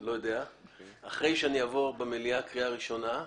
אחרי שאני אעבור במליאה קריאה ראשונה,